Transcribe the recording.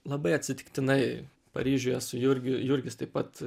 labai atsitiktinai paryžiuje su jurgiu jurgis taip pat